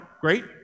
Great